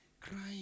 crying